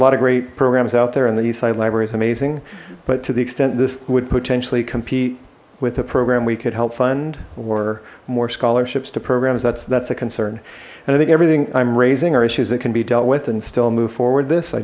lot of great programs out there and the east side library is amazing but to the extent this would potentially compete with the program we could help fund or more scholarships to programs that's that's a concern and i think everything i'm raising are issues that can be dealt with and still move forward this i